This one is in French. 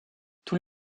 tous